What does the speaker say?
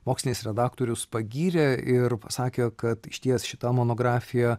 mokslinis redaktorius pagyrė ir pasakė kad išties šita monografija